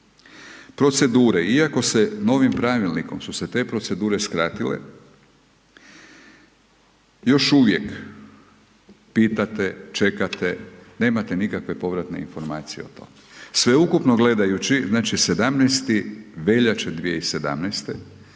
Procedure, iako se novim Pravilnikom su se te procedure skratile, još uvijek pitate, čekate, nemate nikakve povratne informacije o tome, sveukupno gledajući, znači, 17. veljače 2017.-te,